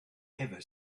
ever